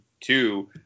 two